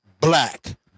black